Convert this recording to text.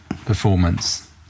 performance